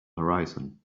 horizon